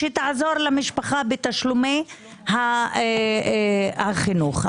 שתעזור למשפחה בתשלומי החינוך.